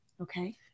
Okay